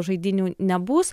žaidynių nebus